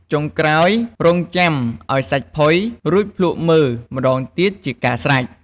ចុងក្រោយរង់ចាំឱ្យសាច់ផុយ រួចភ្លក្សមើលម្តងទៀតជាការស្រេច។